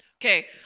Okay